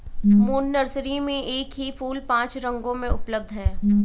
moon nursery में एक ही फूल पांच रंगों में उपलब्ध है